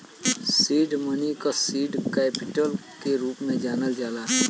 seed money क seed capital के रूप में जानल जाला